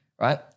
right